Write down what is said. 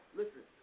listen